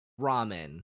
ramen